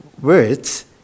words